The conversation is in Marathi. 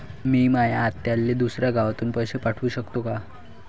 मी माया आत्याले दुसऱ्या गावातून पैसे पाठू शकतो का?